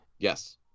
Yes